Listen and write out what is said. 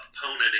opponent